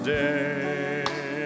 day